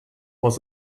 was